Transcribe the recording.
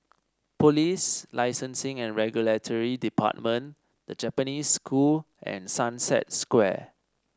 Police Licensing and Regulatory Department The Japanese School and Sunset Square